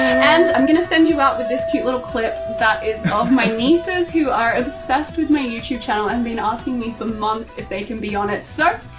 and i'm going to send you out with this cute little clip that is of my nieces who are obsessed with my youtube channel and been asking me for months if they can be on it. so,